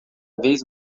vez